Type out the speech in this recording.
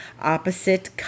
opposite